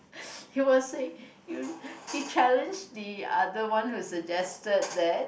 he was saying he challenged the other one who suggested that